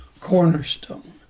cornerstone